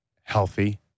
healthy